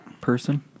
person